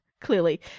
clearly